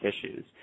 issues